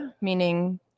meaning